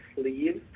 sleeves